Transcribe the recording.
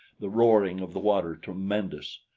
the roaring of the water tremendous.